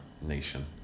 nation